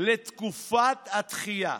לתקופת הדחייה.